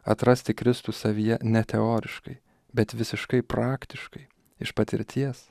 atrasti kristų savyje ne teoriškai bet visiškai praktiškai iš patirties